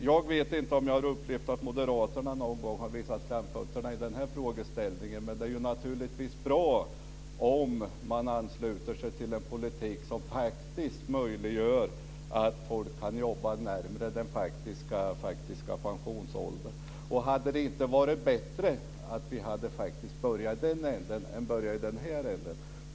Jag vet inte om jag har upplevt att moderaterna någon gång har visat framfötterna i den frågeställningen, men det är naturligtvis bra om man ansluter sig till en politik som möjliggör att folk kan jobba närmare den faktiska pensionsåldern. Hade det inte varit bättre att faktiskt börja i den änden än att börja i den här änden?